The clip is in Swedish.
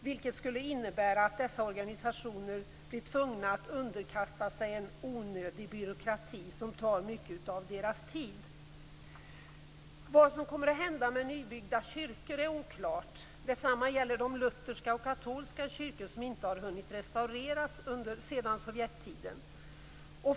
Det skulle innebära att dessa organisationer blir tvungna att underkasta sig en onödig byråkrati som tar mycket av deras tid. Vad som kommer att hända med nybyggda kyrkor är oklart. Detsamma gäller de lutherska och katolska kyrkor som inte hunnits restaurerats sedan sovjettiden.